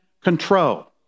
control